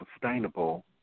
sustainable